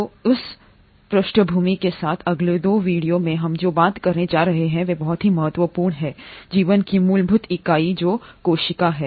तो उस पृष्ठभूमि के साथ अगले 2 वीडियो में हम जो बात करने जा रहे हैं वे बहुत ही महत्वपूर्ण हैं जीवन की मूलभूत इकाई जो कोशिका है